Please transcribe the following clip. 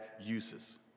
uses